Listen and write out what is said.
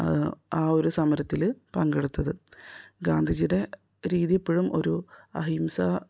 ആ ഒരു സമരത്തിൽ പങ്കെടുത്തത് ഗാന്ധിജിയുടെ രീതി എപ്പോഴും ഒരു അഹിംസ